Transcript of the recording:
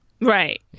right